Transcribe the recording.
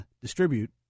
distribute